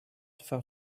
for